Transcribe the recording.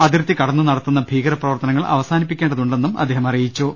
അതിർത്തി കടന്നു നടത്തുന്ന ഭീകരപ്രവർത്തനങ്ങൾ അവ സാനിപ്പിക്കേണ്ടതുണ്ടെന്നും അദ്ദേഹം പറഞ്ഞു